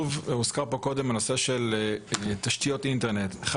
הוא נושא תשתיות האינטרנט שהוזכר פה קודם.